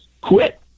quit